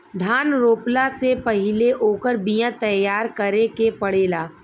धान रोपला से पहिले ओकर बिया तैयार करे के पड़ेला